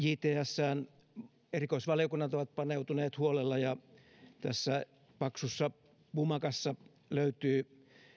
jtsään erikoisvaliokunnat ovat paneutuneet huolella ja tästä paksusta pumakasta löytyy